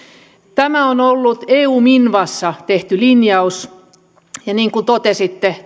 tämä on ollut eu minvassa tehty linjaus ja niin kuin totesitte